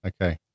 okay